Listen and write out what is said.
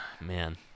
man